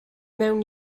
mewn